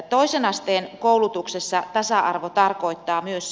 toisen asteen koulutuksessa tasa arvo tarkoittaa myös